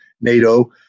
NATO